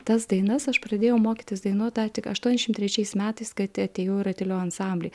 tas dainas aš pradėjau mokytis dainuot dar tik aštuoniasdešim trečiais metais kai atė atėjau į ratilio ansamblį